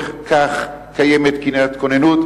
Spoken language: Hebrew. לצורך כך קיימת כיתת כוננות,